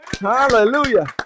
Hallelujah